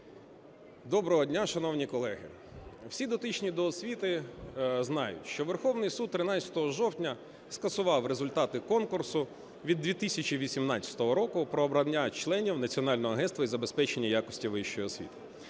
Доброго дня, шановні колеги! Всі дотичні до освіти знають, що Верховний Суд 13 жовтня скасував результати конкурсу від 2018 року про обрання членів Національного агентства із забезпечення якості вищої освіти.